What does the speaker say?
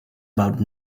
about